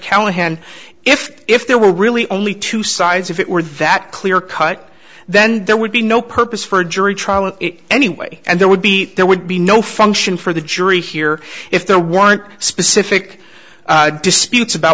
callahan if if there were really only two sides if it were that clear cut then there would be no purpose for a jury trial in any way and there would be there would be no function for the jury here if there weren't specific disputes about